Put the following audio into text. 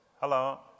Hello